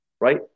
right